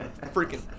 Freaking